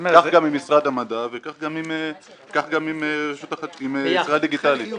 כך גם עם משרד המדע וכך עם ישראל דיגיטלית.